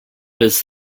his